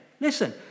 Listen